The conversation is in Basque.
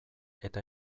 eta